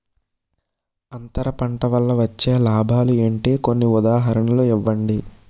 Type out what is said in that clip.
అంతర పంట వల్ల వచ్చే లాభాలు ఏంటి? కొన్ని ఉదాహరణలు ఇవ్వండి?